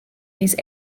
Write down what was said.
these